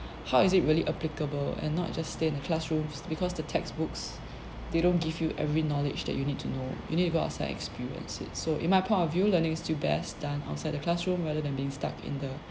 how is it really applicable and not just stay in classrooms because the textbooks they don't give you every knowledge that you need to know you need to go outside experience it so in my point of view learning is still best done outside the classroom rather than being stuck in the